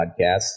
podcasts